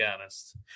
honest